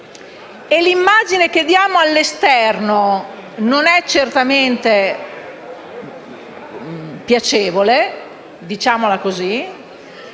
l'immagine che diamo all'esterno non sia certamente piacevole, diciamo così.